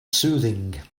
soothing